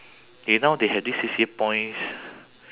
they now they have these C_C_A points